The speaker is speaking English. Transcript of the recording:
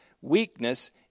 weakness